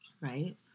right